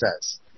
says